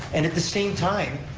and at the same time,